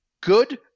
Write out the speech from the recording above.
good